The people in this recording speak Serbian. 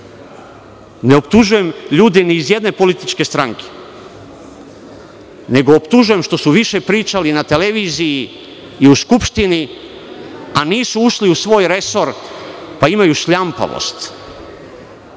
Ne optužujem ljude ni iz jedne političke stranke, nego optužujem što su više pričali na televiziji i u Skupštini, a nisu ušli u svoj resor, pa imaju šljampavost. Videli